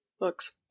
Books